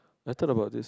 I talk about this